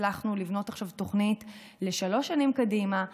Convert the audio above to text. הצלחנו לבנות עכשיו תוכנית לשלוש שנים קדימה,